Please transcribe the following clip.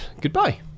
goodbye